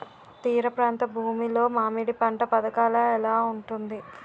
తీర ప్రాంత భూమి లో మామిడి పంట పథకాల ఎలా ఉంటుంది?